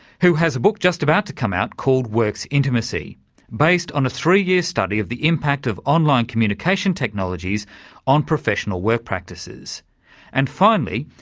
who has a book just about to come out called work's intimacy based on a three-year study of the impact of online communication technologies on professional work practices and finally,